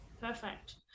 Perfect